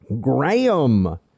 Graham